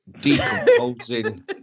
decomposing